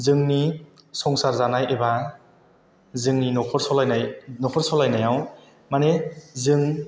जोंनि संसार जानाय एबा जोंनि न'खर सलायनाय न'खर सलायनायाव माने जों